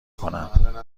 کنم